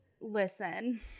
listen